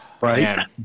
Right